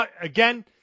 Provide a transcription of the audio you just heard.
again